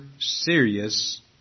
serious